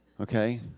Okay